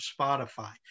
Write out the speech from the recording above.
Spotify